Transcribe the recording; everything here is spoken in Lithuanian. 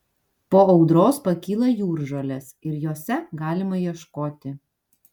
po audros pakyla jūržolės ir jose galima ieškoti